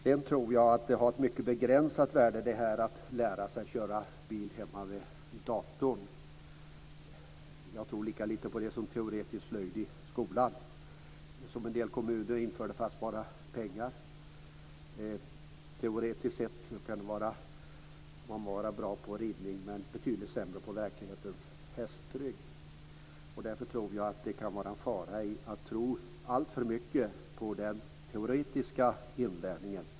Sedan tror jag att det har ett mycket begränsat värde att lära sig att köra bil hemma vid datorn. Jag tror lika lite på det som på teoretisk slöjd i skolan, som en del kommuner införde för att spara pengar. Man kan vara bra på ridning teoretiskt men betydligt sämre på verklighetens hästrygg. Därför tror jag att det kan vara en fara att tro alltför mycket på den teoretiska inlärningen.